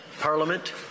Parliament